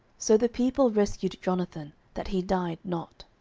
so the people rescued jonathan, that he died not.